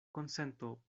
konsento